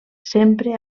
sempre